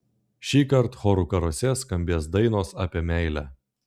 šįkart chorų karuose skambės dainos apie meilę